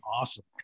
awesome